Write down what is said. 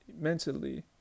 mentally